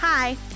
Hi